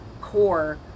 core